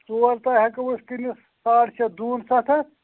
ژور تےَ ہیٚکو أسۍ کٕنِتھ ساڑ شےٚ دوٗن سَتھ ہَتھ